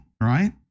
right